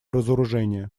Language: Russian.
разоружения